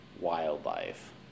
wildlife